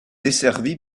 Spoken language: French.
desservi